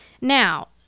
Now